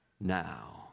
now